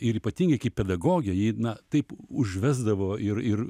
ir ypatingai kaip pedagogė ji na taip užvesdavo ir ir